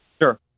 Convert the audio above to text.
Sure